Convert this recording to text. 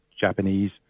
Japanese